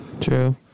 True